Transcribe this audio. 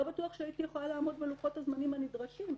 לא בטוח שהייתי יכולה לעמוד בלוחות-הזמנים הנדרשים,